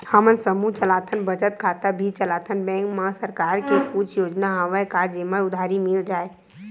हमन समूह चलाथन बचत खाता भी चलाथन बैंक मा सरकार के कुछ योजना हवय का जेमा उधारी मिल जाय?